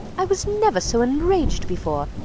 i was never so enraged before,